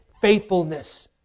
faithfulness